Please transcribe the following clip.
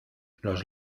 los